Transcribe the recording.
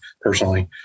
personally